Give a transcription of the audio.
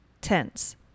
tense